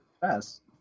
fast